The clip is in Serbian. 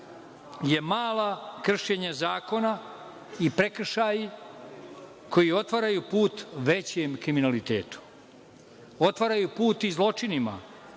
je mala kršenja zakona i prekršaji koji otvaraju put većem kriminalitetu. Otvaraju put i zločinima,